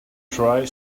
try